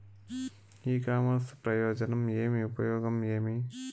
ఇ commerce ప్రయోజనం ఏమి? ఉపయోగం ఏమి?